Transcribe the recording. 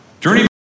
Journey